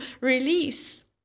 release